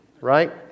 right